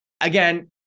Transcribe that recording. again